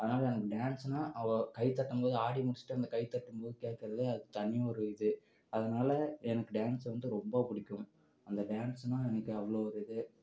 அதனால் எனக்கு டான்ஸ்னா அவ்வளோ கைத்தட்டும் போது ஆடி முடிச்சுட்டு அந்த கைத்தட்டும் போது கேட்குறது அது தனி ஒரு இது அதனால எனக்கு டான்ஸ் வந்து ரொம்ப பிடிக்கும் அந்த டான்ஸ்ன்னா எனக்கு அவ்வளோ ஒரு இது